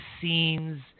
scenes